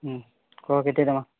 ହୁଁ କହ କେତେ ଟଙ୍କା